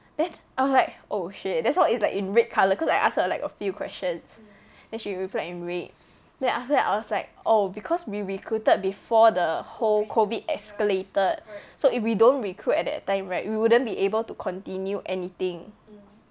then I was like oh shit then some more it's like in red colour cause I ask her like a few questions then she replied in red then after that I was like oh because we recruited before the whole COVID escalated so if we don't recruit at that time right we wouldn't be able to continue anything